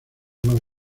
más